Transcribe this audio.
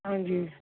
ਹਾਂਜੀ